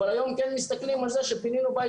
אבל היום כן מסתכלים על זה שפינינו בית